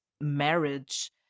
marriage